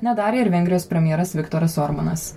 nedarė ir vengrijos premjeras viktoras orbanas